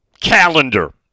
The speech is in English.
calendar